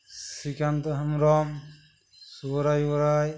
Srikanta Hembram Shubha Roy Gorai